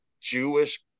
Jewish